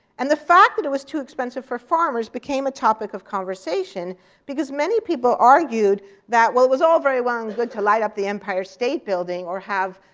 and the fact that it was too expensive for farmers became a topic of conversation because many people argued that while it was all very well and good to light up the empire state building or have